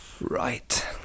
Right